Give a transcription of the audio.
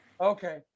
Okay